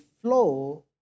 flow